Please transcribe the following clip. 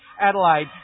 Adelaide